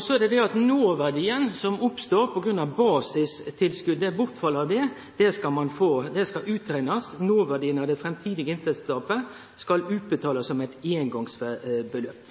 Så er det det at noverdien, som oppstår etter bortfall av basistilskottet, skal reknast ut. Noverdien av det framtidige inntektstapet skal utbetalast som eit eingongsbeløp.